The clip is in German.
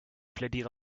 plädiere